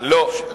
לא,